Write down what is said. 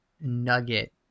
nugget